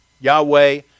Yahweh